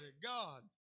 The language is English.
God